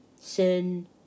sin